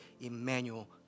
Emmanuel